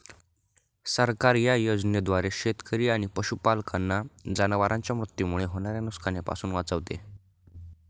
सरकार या योजनेद्वारे शेतकरी आणि पशुपालकांना जनावरांच्या मृत्यूमुळे होणाऱ्या नुकसानीपासून वाचवते